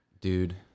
Dude